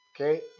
Okay